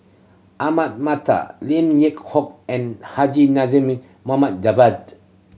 Ahmad Mattar Lim Yew Hock and Haji Javad